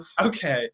Okay